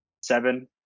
seven